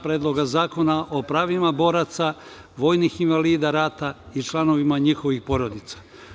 Predloga zakona o pravima boraca, vojnih invalida rata i članovima njihovih porodica.